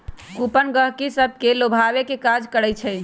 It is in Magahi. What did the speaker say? कूपन गहकि सभके लोभावे के काज करइ छइ